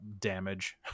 damage